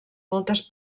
moltes